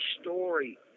story